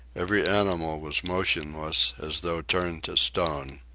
every animal was motionless as though turned to stone.